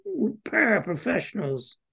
paraprofessionals